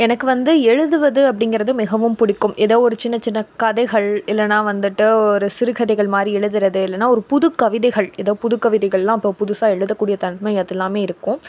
எனக்கு வந்து எழுதுவது அப்டிங்கிறது மிகவும் பிடிக்கும் ஏதோ ஒரு சின்ன சின்ன கதைகள் இல்லைன்னா வந்துட்டு ஒரு சிறுகதைகள் மாதிரி எழுதுறது இல்லைன்னா ஒரு புதுக்கவிதைகள் ஏதோ ஒரு புது கவிதைகள்னால் அப்போ புதுசாக எழுதக்கூடிய தன்மை அதெல்லாமே இருக்கும்